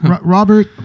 Robert